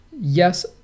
yes